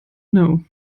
know